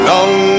Long